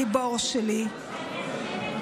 גיבור שלי".